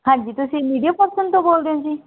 ਹਾਂਜੀ ਤੁਸੀਂ media person ਤੋਂ ਬੋਲ ਰਹੇ ਹੋ ਜੀ